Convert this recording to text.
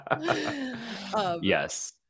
Yes